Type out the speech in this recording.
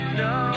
no